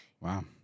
Wow